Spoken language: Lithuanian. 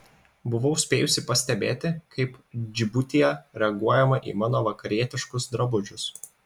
buvau spėjusi pastebėti kaip džibutyje reaguojama į mano vakarietiškus drabužius